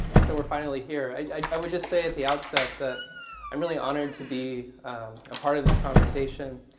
so we are finally here. i would just say at the out set that i am really honored to be a part of this conversation.